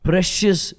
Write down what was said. Precious